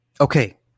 Okay